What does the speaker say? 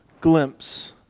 glimpse